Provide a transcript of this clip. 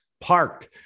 parked